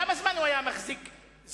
כמה זמן הוא היה מחזיק בנבחרת?